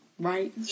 right